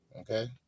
Okay